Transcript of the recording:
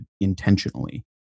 intentionally